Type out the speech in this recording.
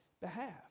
behalf